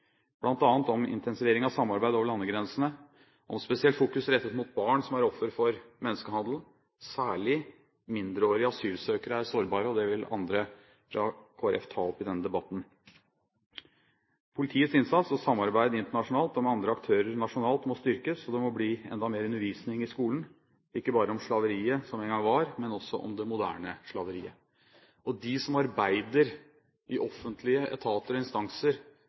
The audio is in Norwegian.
om intensivering av samarbeid over landegrensene, om spesielt fokus rettet mot barn som er offer for menneskehandel. Særlig mindreårige asylsøkere er sårbare – det vil andre fra Kristelig Folkeparti ta opp i denne debatten. Politiets innsats og samarbeid internasjonalt og med andre aktører nasjonalt må styrkes. Det må bli enda mer undervisning i skolen, ikke bare om slaveriet som en gang var, men også om det moderne slaveriet. De som arbeider i offentlige etater og instanser